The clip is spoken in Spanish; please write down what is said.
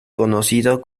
conocido